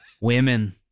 women